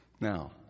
Now